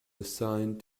assigned